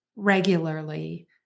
regularly